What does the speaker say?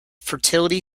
fertility